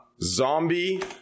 Zombie